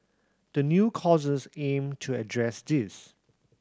the new courses aim to address this